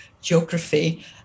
geography